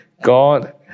God